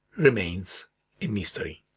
remains a mystery.